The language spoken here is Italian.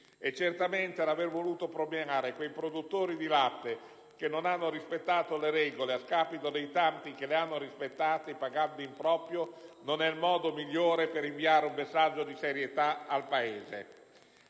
Certamente l'aver voluto premiare i produttori di latte che non hanno rispettato le regole, a scapito dei tanti che le hanno rispettate pagando in proprio, non è il modo migliore per inviare un messaggio di serietà al Paese.